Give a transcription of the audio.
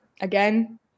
Again